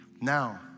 Now